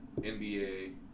nba